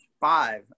five